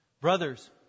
Brothers